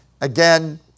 Again